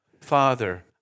Father